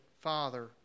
Father